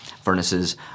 furnaces